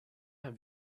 have